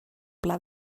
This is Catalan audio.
pla